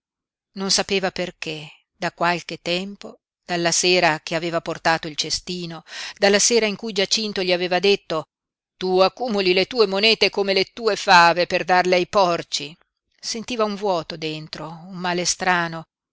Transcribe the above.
non sapeva perché da qualche tempo dalla sera che aveva portato il cestino dalla sera in cui giacinto gli aveva detto tu accumuli le tue monete come le tue fave per darle ai porci sentiva un vuoto dentro un male strano